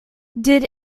did